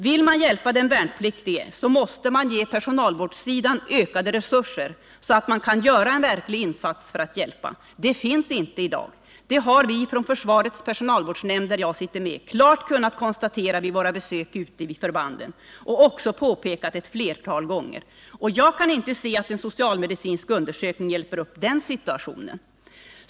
Vill man hjälpa den värnpliktige måste man ge personalvårdssidan ökade resurser, så att man därifrån kan göra en verklig insats för att hjälpa. Tillräckliga sådana resurser finns inte i dag. Det har vi från försvarets personalvårdsnämnd, där jag ingår, klart kunnat konstatera vid våra besök ute vid förbanden och också påpekat ett flertal gånger. Jag kan inte se att en socialmedicinsk undersökning hjälper upp den situationen.